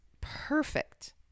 perfect